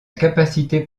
capacité